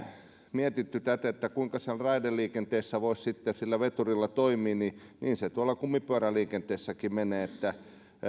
mietitty tätä kuinka raideliikenteessä voisi sitten sillä veturilla toimia niin se kumipyöräliikenteessäkin menee että